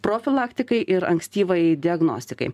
profilaktikai ir ankstyvajai diagnostikai